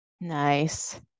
Nice